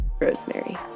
Rosemary